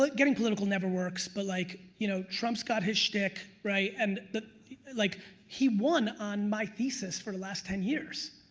like getting political never works but like you know trump's got his shtick right and the like he won on my thesis for the last ten years,